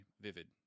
vivid